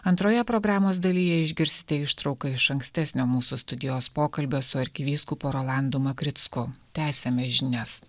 antroje programos dalyje išgirsite ištrauką iš ankstesnio mūsų studijos pokalbio su arkivyskupu rolandu makricku tęsiame žinias